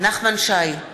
נחמן שי,